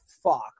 fuck